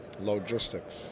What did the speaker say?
Logistics